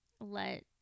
let